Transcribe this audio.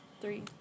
Three